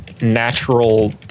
natural